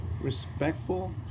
respectful